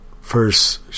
first